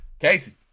Casey